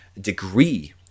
degree